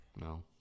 No